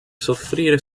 soffrire